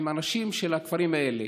עם האנשים של הכפרים האלה.